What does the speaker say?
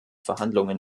verhandlungen